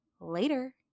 Later